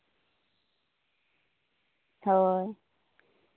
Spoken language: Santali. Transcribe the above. ᱦᱳᱭ